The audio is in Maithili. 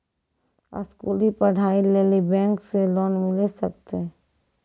स्कूली पढ़ाई लेली बैंक से लोन मिले सकते?